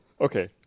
Okay